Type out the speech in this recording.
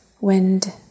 wind